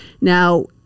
Now